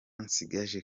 nsigaje